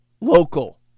local